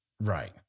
Right